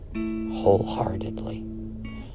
wholeheartedly